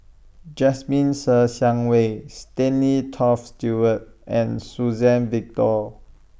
Jasmine Ser Xiang Wei Stanley Toft Stewart and Suzann Victor